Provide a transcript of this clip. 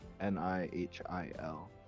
N-I-H-I-L